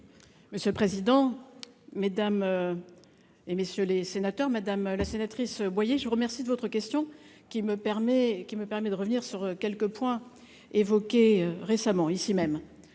Monsieur le président, Mesdames et messieurs les sénateurs, madame la sénatrice Boyer je vous remercie de votre question qui me permet, qui me permet de revenir sur quelques points évoqués récemment ici même